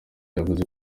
yavuze